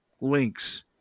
links